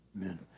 Amen